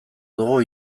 dugu